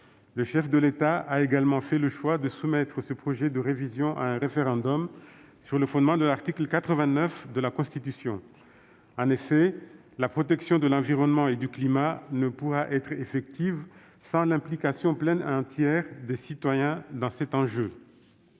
Le chef de l'État a également fait le choix de soumettre ce projet de révision à référendum, sur le fondement de l'article 89 de la Constitution. La protection de l'environnement et du climat ne pourra être effective sans l'implication pleine et entière des citoyens dans cet enjeu.